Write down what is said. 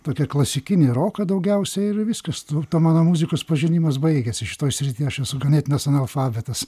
tokią klasikinį roką daugiausia ir viskas tuo mano muzikos pažinimas baigiasi šitoj srity aš esu ganėtinas analfabetas